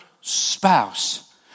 spouse